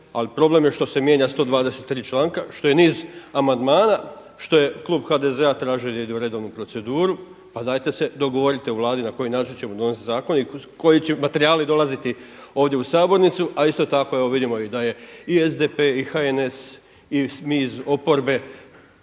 Ali problem je što se mijenja 123 članka, što je niz amandmana, što je klub HDZ-a tražio da ide u redovnu proceduru. Pa dajte se dogovorite u Vladi na koji način ćemo donesti zakon i koji materijali dolaziti ovdje u sabornicu. A evo isto tako vidimo da je i SDP i HNS i mi iz oporbe